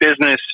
business